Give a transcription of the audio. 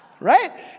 right